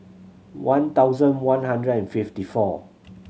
one thousand one hundred and fifty four